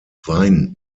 wein